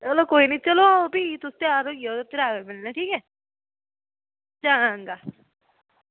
चलो कोई निं चलो आई जाओ तुस त्यार भी कराओ चलो चंगा